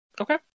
Okay